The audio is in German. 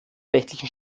rechtlichen